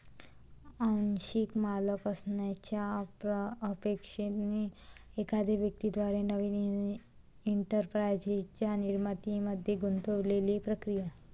आंशिक मालक असण्याच्या अपेक्षेने एखाद्या व्यक्ती द्वारे नवीन एंटरप्राइझच्या निर्मितीमध्ये गुंतलेली प्रक्रिया